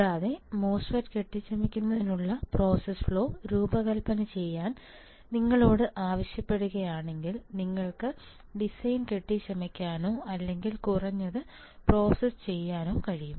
കൂടാതെ മോസ്ഫെറ്റ് കെട്ടിച്ചമയ്ക്കുന്നതിനുള്ള process flow രൂപകൽപ്പന ചെയ്യാൻ നിങ്ങളോട് ആവശ്യപ്പെടുകയാണെങ്കിൽ നിങ്ങൾക്ക് ഡിസൈൻ കെട്ടിച്ചമയ്ക്കാനോ അല്ലെങ്കിൽ കുറഞ്ഞത് പ്രോസസ്സ് ചെയ്യാനോ കഴിയും